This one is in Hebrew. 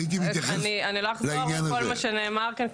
אני לא אחזור על כל מה שנאמר כאן,